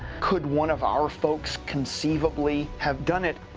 could one of our folks conceivably have done it?